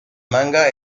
manga